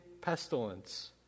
pestilence